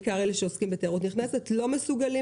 בעיקר אלה שעוסקים בתיירות נכנסת לא מסוגלים